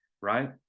right